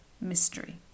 mystery